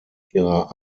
ihrer